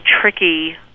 tricky